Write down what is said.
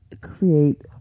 create